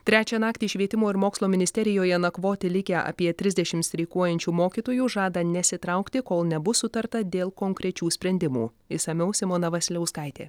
trečią naktį švietimo ir mokslo ministerijoje nakvoti likę apie trisdešimt streikuojančių mokytojų žada nesitraukti kol nebus sutarta dėl konkrečių sprendimų išsamiau simona vasiliauskaitė